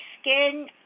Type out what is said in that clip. skin